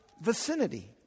vicinity